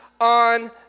on